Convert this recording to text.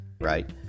right